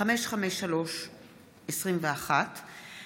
פרסומת ודרכי שיווק אסורים במוסד חינוך),